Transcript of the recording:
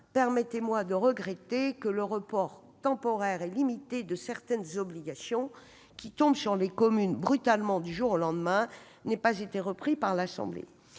Permettez-moi de regretter que le report temporaire et limité de certaines obligations qui tombent sur les communes brutalement du jour au lendemain n'ait pas été repris par l'Assemblée